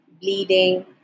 bleeding